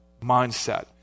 mindset